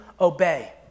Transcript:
obey